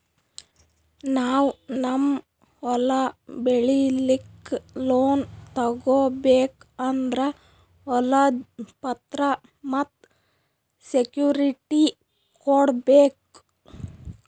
ನಾವ್ ನಮ್ ಹೊಲ ಬೆಳಿಲಿಕ್ಕ್ ಲೋನ್ ತಗೋಬೇಕ್ ಅಂದ್ರ ಹೊಲದ್ ಪತ್ರ ಮತ್ತ್ ಸೆಕ್ಯೂರಿಟಿ ಕೊಡ್ಬೇಕ್